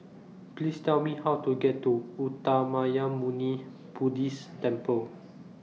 Please Tell Me How to get to Uttamayanmuni Buddhist Temple